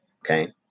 Okay